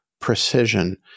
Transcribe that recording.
precision